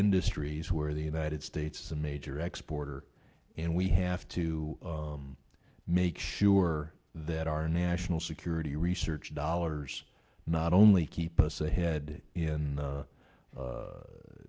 industries where the united states a major exporter and we have to make sure that our national security research dollars not only keep us a head in